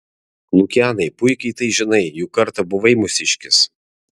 lukianai puikiai tai žinai juk kartą buvai mūsiškis